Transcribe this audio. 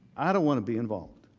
i don't want to be involved.